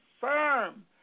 firm